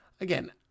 again